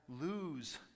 lose